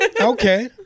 Okay